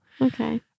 Okay